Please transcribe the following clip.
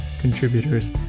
contributors